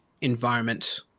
environment